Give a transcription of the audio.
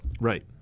Right